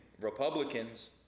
republicans